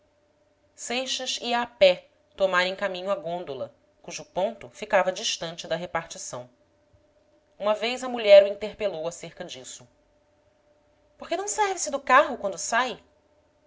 seixas ia a pé tomar em caminho a gôndola cujo ponto ficava distante da repartição uma vez a mulher o interpelou acerca disso por que não serve-se do carro quando sai